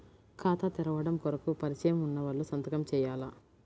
ఖాతా తెరవడం కొరకు పరిచయము వున్నవాళ్లు సంతకము చేయాలా?